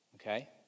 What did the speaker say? okay